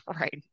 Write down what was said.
right